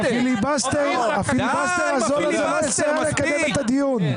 הפיליבסטר הזול הזה לא יסייע לקדם את הדיון.